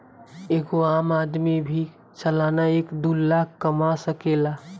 एगो आम आदमी भी सालाना एक दू लाख कमा सकेला